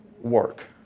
work